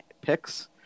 picks